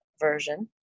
version